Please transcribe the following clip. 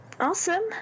Awesome